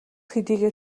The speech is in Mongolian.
хэдийгээр